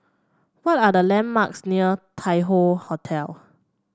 what are the landmarks near Tai Hoe Hotel